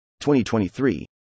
2023